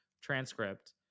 transcript